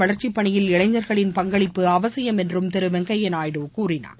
வளர்ச்சிப்பணியில் இளைஞர்களின் பங்களிப்பு அவசியம் நாட்டின் என்றும் திருவெங்கப்யாநாயுடு கூறினார்